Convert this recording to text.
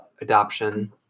adoption